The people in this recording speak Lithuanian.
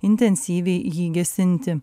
intensyviai jį gesinti